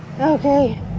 Okay